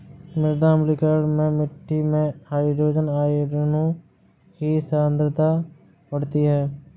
मृदा अम्लीकरण में मिट्टी में हाइड्रोजन आयनों की सांद्रता बढ़ती है